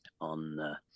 on